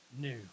new